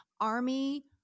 Army